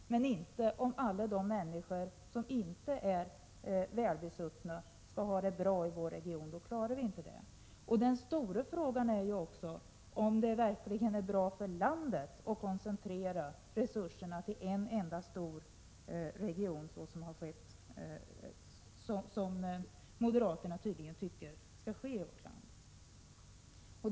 Men om alla de människor som inte är välbärgade skall ha det bra i vår region, då klarar vi det inte. Den stora frågan är väl också om det verkligen är bra för landet att koncentrera resurserna till en enda stor region, vilket moderaterna tydligen tycker skall ske i vårt land.